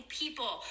people